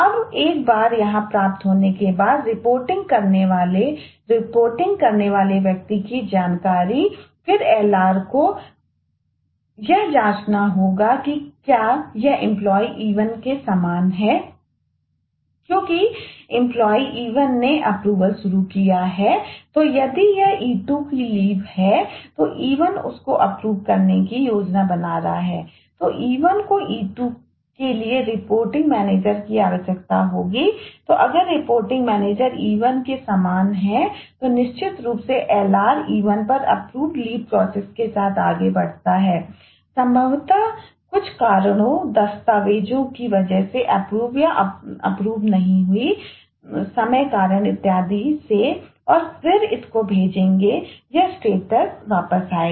अब एक बार यहां प्राप्त होने के बाद रिपोर्टिंग नहीं हुई थी समय कारण इत्यादि और फिर इसे भेजें यह स्टेटस वापस आएगा